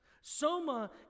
Soma